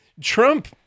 Trump